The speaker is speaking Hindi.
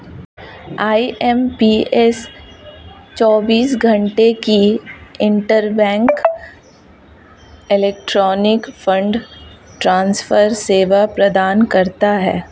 आई.एम.पी.एस चौबीस घंटे की इंटरबैंक इलेक्ट्रॉनिक फंड ट्रांसफर सेवा प्रदान करता है